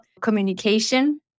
communication